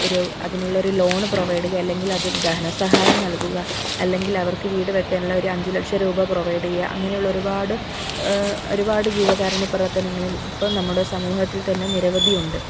ഒരു അതിനുള്ളൊരു loan provide ചെയ്യുക അല്ലെങ്കിൽ ധന സഹായം നൽകുക അല്ലെങ്കിൽ അവർക്ക് വീട് വെയ്ക്കാനുള്ള ഒരു അഞ്ച് ലക്ഷം രൂപ പ്രൊവൈഡ് ചെയ്യുക അങ്ങനെയുള്ള ഒരുപാട് ഒരുപാട് ജീവകാരുണ്യ പ്രവർത്തനങ്ങളിൽ ഇപ്പോൾ നമ്മുടെ സമൂഹത്തിൽ തന്നെ നിരവധി ഉണ്ട്